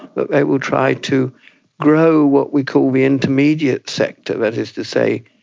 that they will try to grow what we call the intermediate sector, that is to say,